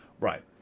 Right